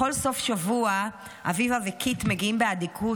בכל סוף שבוע אביבה וקית' מגיעים באדיקות